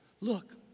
look